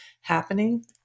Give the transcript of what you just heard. happening